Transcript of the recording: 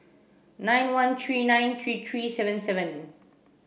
nine one three nine three three seven seven